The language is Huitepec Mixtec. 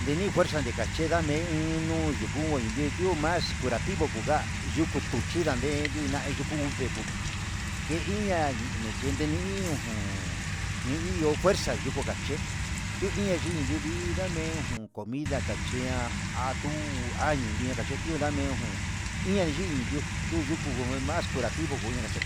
ndeni fuereza dekache ndame een uun ñuu yukuu ndi ndio mas cura ativo nguga kutun xhinda nde yuna vekuu ke inña yime kenden dii ujun ni ihó fuerza yuku kaché kuiña yii ndivi ndame jun comida ate'a atuu ndame ujun iña yin ndiuu duu yuku demas curativo nguña kaché.